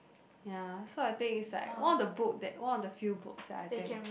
ya so I think is like all the book that one of the few books that I think